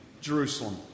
Jerusalem